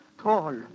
tall